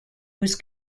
was